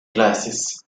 classes